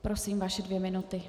Prosím, vaše dvě minuty.